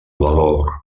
valor